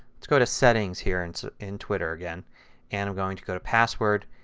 let's go to settings here in so in twitter again and i'm going to go to password.